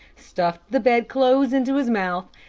stuffed the bedclothes into his mouth,